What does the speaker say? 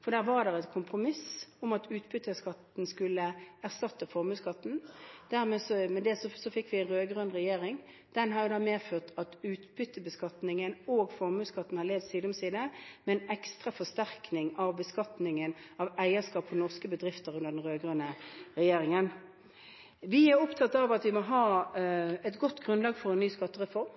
for der var det et kompromiss om at utbytteskatten skulle erstatte formuesskatten. Med det fikk vi en rød-grønn regjering. Den har da medført at utbyttebeskatningen og formuesskatten har levd side om side, med en ekstra forsterkning av beskatningen av eierskap i norske bedrifter under den rød-grønne regjeringen. Vi er opptatt av at vi må ha et godt grunnlag for en ny skattereform.